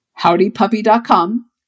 HowdyPuppy.com